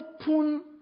open